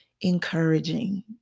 encouraging